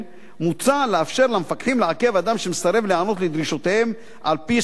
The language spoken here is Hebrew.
מוצע לאפשר למפקחים לעכב אדם שמסרב לענות לדרישותיהם על-פי סמכותם,